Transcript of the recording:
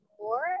more